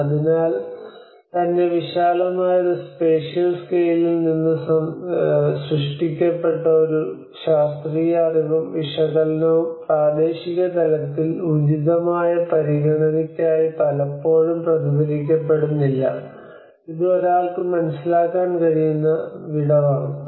അതിനാൽ തന്നെ വിശാലമായ ഒരു സ്പേഷ്യൽ സ്കെയിലിൽ നിന്ന് സൃഷ്ടിക്കപ്പെട്ട ഒരു ശാസ്ത്രീയ അറിവും വിശകലനവും പ്രാദേശിക തലത്തിൽ ഉചിതമായ പരിഗണനയ്ക്കായി പലപ്പോഴും പ്രതിഫലിപ്പിക്കപ്പെടുന്നില്ല ഇത് ഒരാൾക്ക് മനസ്സിലാക്കാൻ കഴിയുന്ന വിടവാണ്